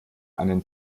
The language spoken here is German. einen